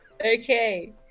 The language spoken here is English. Okay